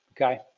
okay